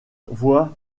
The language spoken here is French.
voit